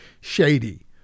shady